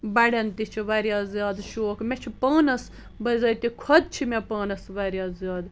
بڑٮ۪ن تہِ چھُ واریاہ زیادٕ شوق مےٚ چھُ پانس بظٲتہِ کھۄتہٕ چھِ مےٚ پانس واریاہ زیادٕ